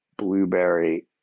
Blueberry